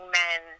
men